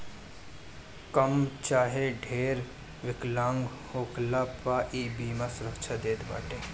कम चाहे ढेर विकलांग होखला पअ इ बीमा सुरक्षा देत बाटे